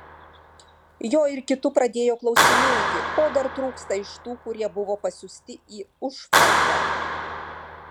jo ir kitų pradėjo klausinėti ko dar trūksta iš tų kurie buvo pasiųsti į užfrontę